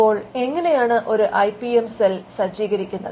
അപ്പോൾ എങ്ങെനയാണ് ഒരു ഐ പി എം സെൽ സജ്ജീകരിക്കുന്നത്